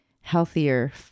healthier